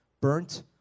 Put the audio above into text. burnt